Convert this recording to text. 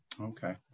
Okay